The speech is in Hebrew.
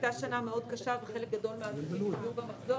הייתה שנה קשה מאוד וחלק גדול מן העסקים ירדו במחזור,